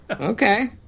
Okay